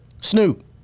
Snoop